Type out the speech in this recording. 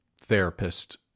therapist